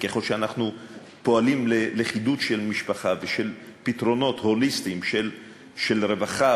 וככל שאנחנו פועלים לחידוד של משפחה ושל פתרונות הוליסטיים של רווחה,